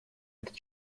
этот